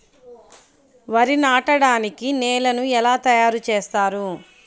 వరి నాటడానికి నేలను ఎలా తయారు చేస్తారు?